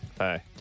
hi